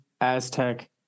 Aztec